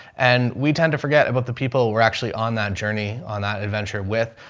and we tend to forget about the people. we're actually on that journey, on that adventure with.